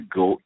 go